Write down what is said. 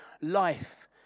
life